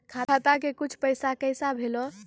खाता के कुछ पैसा काम कैसा भेलौ?